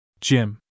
jim